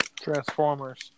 Transformers